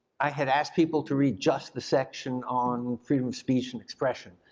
i had asked people to read just the section on freedom of speech and expression.